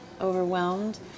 overwhelmed